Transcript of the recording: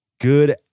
good